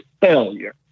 failure